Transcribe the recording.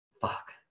fuck